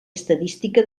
estadística